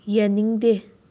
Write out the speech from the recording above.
ꯌꯥꯅꯤꯡꯗꯦ